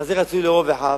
מה זה "רצוי לרוב אחיו"?